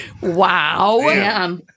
Wow